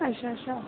अच्छा अच्छा